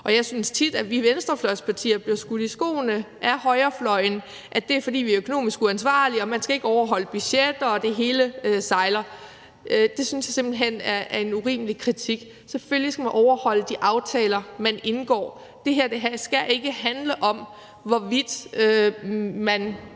Jeg synes tit, at vi venstrefløjspartier bliver skudt i skoene af højrefløjen, at vi er økonomisk uansvarlige, man skal ikke overholde budgetterne, og det hele sejler. Det synes jeg simpelt hen er en urimelig kritik. Selvfølgelig skal man overholde de aftaler, man indgår. Det her skal ikke handle om, hvorvidt man